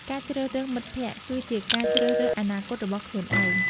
ការជ្រើសរើសមិត្តភក្តិ គឺជាការជ្រើសរើសអនាគតរបស់ខ្លួនឯង។